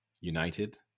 United